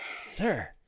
sir